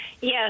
Yes